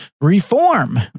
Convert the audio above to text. reform